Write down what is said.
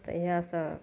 तऽ इएहसब